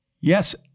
Yes